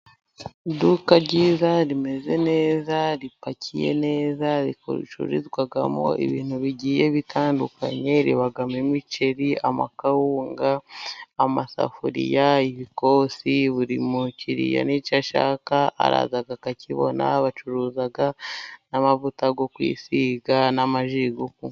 Iduka ryiza rimeze neza， ripakiye neza， ricururizwamo ibintu bigiye bitandukanye， ribamo imiceri，amakawunga， amasafuriya， ibikosi，buri mukiriya n’icyo ashaka araza akakibona， bacuruza n'amavuta yo kwisiga， n'amaji yo kunywa.